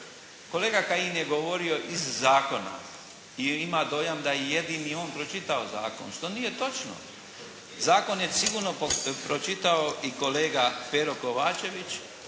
Kolega Kajin je govorio iz zakona i ima dojam da je on jedini pročitao zakon, što nije točno. Zakon je sigurno pročitao i kolega Pero Kovačević,